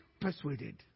persuaded